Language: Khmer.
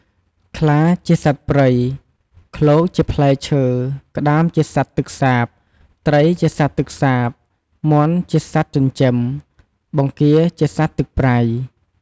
ខ្លាជាសត្វព្រៃ ឃ្លោកជាផ្លែឈើ ក្តាមជាសត្វទឹកសាប ត្រីជាសត្វទឹកសាប មាន់ជាសត្វចិញ្ចឹម បង្គារជាសត្វទឹកប្រៃ។